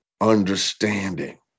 Understanding